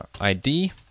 ID